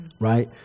right